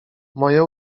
moje